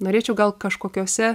norėčiau gal kažkokiuose